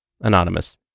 Anonymous